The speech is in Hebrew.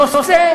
נושא,